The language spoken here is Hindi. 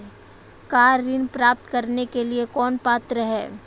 कार ऋण प्राप्त करने के लिए कौन पात्र है?